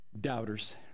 doubters